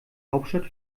hauptstadt